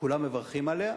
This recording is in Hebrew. שכולם מברכים עליה,